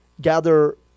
gather